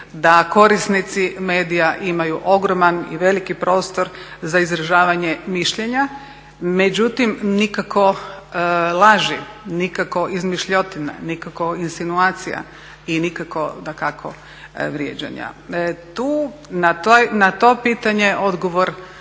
da korisnici medija imaju ogroman i veliki prostor za izražavanje mišljenja. Međutim, nikako laži, nikako izmišljotine, nikako insinuacija i nikako dakako vrijeđanja. Tu na to pitanje odgovor